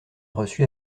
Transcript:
reçu